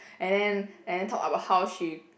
and then and then talk about how she